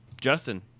Justin